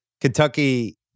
Kentucky